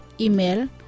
Email